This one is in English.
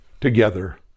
together